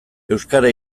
euskara